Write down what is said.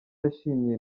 yashimiye